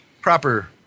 proper